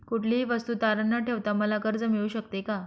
कुठलीही वस्तू तारण न ठेवता मला कर्ज मिळू शकते का?